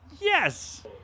Yes